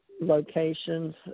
locations